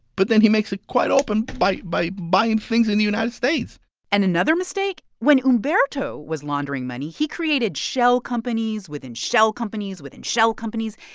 but then he makes it quite open by by buying things in the united states and another mistake when humberto was laundering money, he created shell companies within shell companies within shell companies.